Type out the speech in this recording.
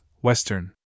Western